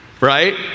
right